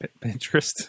Pinterest